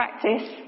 practice